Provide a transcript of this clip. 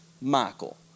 Michael